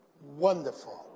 Wonderful